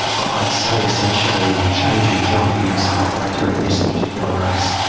i'd say essentially changing jockeys halfway through this particular race,